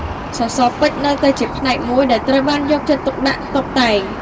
សសរពេជ្រនៅតែជាផ្នែកមួយដែលត្រូវបានយកចិត្តទុកដាក់តុបតែង។